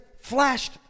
flashed